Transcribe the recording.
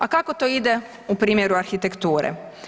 A kako to ide u primjeru arhitekture?